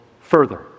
further